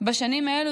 בשנים האלו,